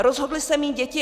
Rozhodli se mít děti.